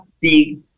big